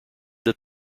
that